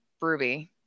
Ruby